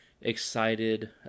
excited